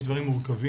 יש דברים מורכבים,